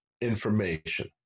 information